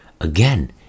again